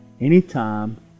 anytime